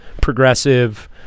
progressive